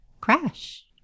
crash